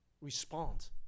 respond